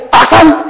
awesome